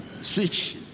Switch